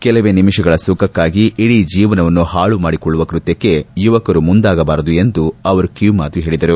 ಕೆಲವೇ ನಿಮಿಷಗಳ ಸುಖಕ್ಕಾಗಿ ಇಡೀ ಜೀವನವನ್ನು ಪಾಳುಮಾಡಿಕೊಳ್ಳುವ ಕೃತ್ತಕ್ಷೆ ಯುವಕರು ಮುಂದಾಗಬಾರದು ಎಂದು ಅವರು ಕಿವಿಮಾತು ಹೇಳಿದ್ದಾರೆ